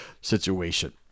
situation